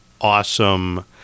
awesome